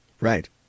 Right